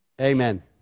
amen